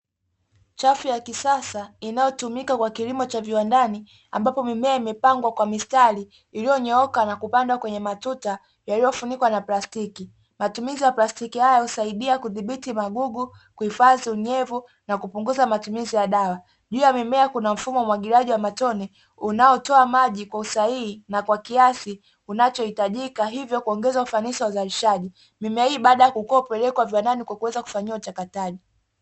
Chafu ya kisasa inayotumika kwa kilimo cha viwandani, ambapo mimea imepandwa kwa mistari ilionyooka na kupandwa kwenye matuta yaliofunikwa na plastiki. Matumizi ya plastiki hayo husaidia kudhibiti magugu, kuhifadhi unyevu na kupunguza matumizi ya dawa. Juu ya mimea kuna mfumo wa umwagiliaji wa matone unaotoa maji kwa kiasi kinachohitajika, hivyo kuongeza ufanisi wa uzalishaji. Mimea hii baada ya kukua hupelekwa viwandani kwaajili ya kufanyiwa uchakataji.